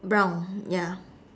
brown ya